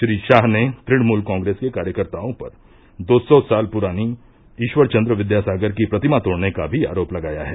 श्री शाह ने तणमूल कांग्रेस के कार्यकर्ताओं पर दो सौ साल पुरानी ईश्वर चन्द्र विद्या सागर की प्रतिमा तोड़ने का भी आरोप लगाया है